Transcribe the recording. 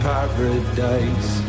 Paradise